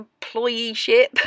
employeeship